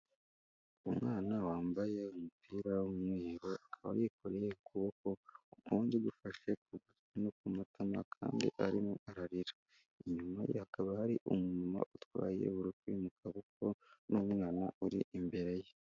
Umwana wambaye umupira w'umweru akaba yikoreye ukuboko, ukundi gufashe no ku matama kandi arimo ararira. Inyuma hakaba hari umuntu utwaye buri kwimuka kuko n'umwana uri imbere ye.